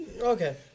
Okay